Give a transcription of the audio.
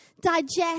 digest